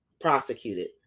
prosecuted